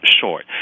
short